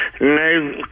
no